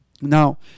Now